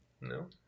no